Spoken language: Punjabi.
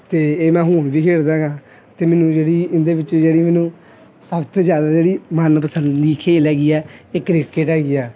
ਅਤੇ ਇਹ ਮੈਂ ਹੁਣ ਵੀ ਖੇਡਦਾ ਹੈਗਾਂ ਅਤੇ ਮੈਨੂੰ ਜਿਹੜੀ ਇਹਦੇ ਵਿੱਚ ਜਿਹੜੀ ਮੈਨੂੰ ਸੱਭ ਤੋਂ ਜ਼ਿਆਦਾ ਜਿਹੜੀ ਮਨਪਸੰਦ ਦੀ ਖੇਡ ਹੈਗੀ ਹੈ ਇਹ ਕ੍ਰਿਕਟ ਹੈਗੀ ਹੈ